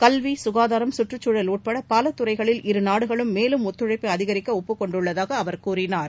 கல்வி சுகாதாரம் சுற்றுச்தூழல் உட்பட பல துறைகளில்இரு நாடுகளும் மேலும் ஒத்துழைப்பை அதிகரிக்க ஒப்புக் கொண்டுள்ளதாக அவர் கூறினார்